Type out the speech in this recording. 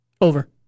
Over